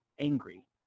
Angry